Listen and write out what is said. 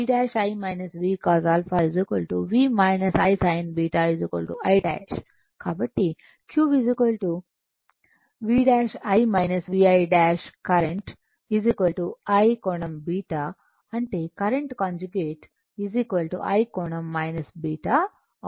కాబట్టి Q V 'i VI' current I కోణం β అంటే కరెంట్ కాంజుగెట్ I కోణం β అవుతుంది